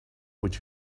what